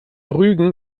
rügen